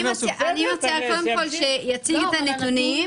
אני מציעה שקודם כל הוא יציג את הנתונים.